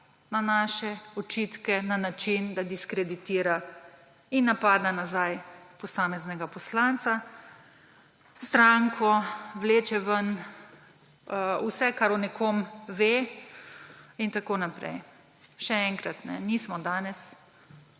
na naše očitke na način, da diskreditira in napada nazaj posameznega poslanca, stranko, vleče ven vse, kar o nekom ve in tako naprej. Še enkrat, nismo danes